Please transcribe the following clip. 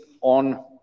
on